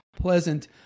pleasant